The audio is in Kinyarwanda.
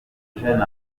jeune